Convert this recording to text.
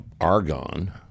argon